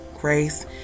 grace